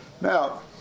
Now